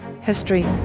history